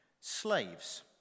Slaves